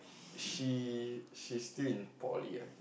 she she's still in poly I think